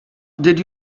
did